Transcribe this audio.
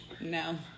No